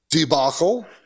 debacle